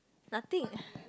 nothing